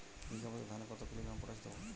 বিঘাপ্রতি ধানে কত কিলোগ্রাম পটাশ দেবো?